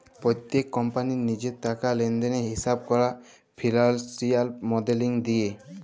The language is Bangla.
প্যত্তেক কম্পালির লিজের টাকা লেলদেলের হিঁসাব ক্যরা ফিল্যালসিয়াল মডেলিং দিয়ে